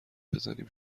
بزنیم